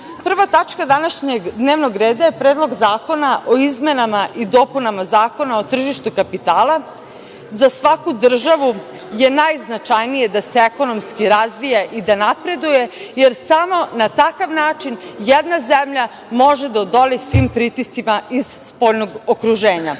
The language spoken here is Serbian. tačka današnjeg dnevnog reda je Predlog zakona o izmenama i dopunama Zakona o tržištu kapitala. Za svaku državu je najznačajnije da se ekonomski razvije i da napreduje, jer samo na takav način jedna zemlja može da odoli svim pritiscima iz spoljnog okruženja. Sve